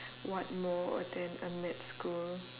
what more attend a med school